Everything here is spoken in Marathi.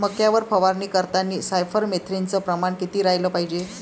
मक्यावर फवारनी करतांनी सायफर मेथ्रीनचं प्रमान किती रायलं पायजे?